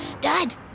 Dad